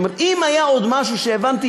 אבל אם היה עוד משהו שהבנתי,